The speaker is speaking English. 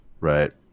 Right